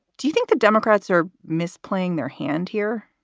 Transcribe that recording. do you think the democrats are misplacing their hand here?